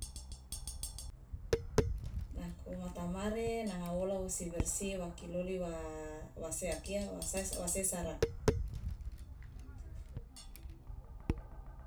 nako ngotamare nanga wola wosi bersi wa kiloli wa wa kia wa sesara.